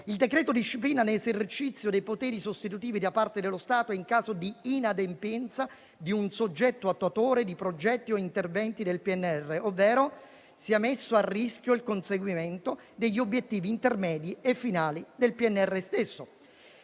Il decreto-legge disciplina l'esercizio dei poteri sostitutivi da parte dello Stato in caso di inadempienza di un soggetto attuatore di progetti o interventi del PNRR, ovvero qualora sia messo a rischio il conseguimento degli obiettivi intermedi e finali dello stesso.